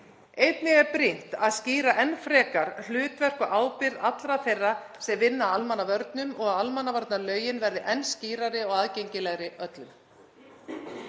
Einnig er brýnt að skýra enn frekar hlutverk og ábyrgð allra þeirra sem vinna að almannavörnum og að almannavarnalögin verði enn skýrari og aðgengilegri öllum.